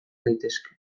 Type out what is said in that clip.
daitezke